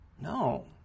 No